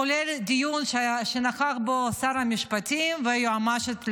כולל דיון שנכחו בו שר המשפטים והיועמ"שית לממשלה.